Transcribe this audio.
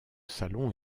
salon